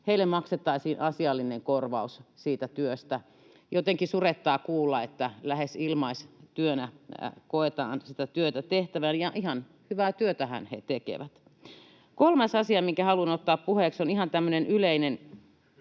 heille maksettaisiin asiallinen korvaus siitä työstä. Jotenkin surettaa kuulla, että lähes ilmaistyönä koetaan sitä työtä tehtävän, ja ihan hyvää työtähän he tekevät. Kolmas asia, minkä haluan ottaa puheeksi, on ihan tämmöinen yleinen.